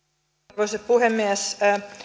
arvoisa puhemies